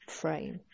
frame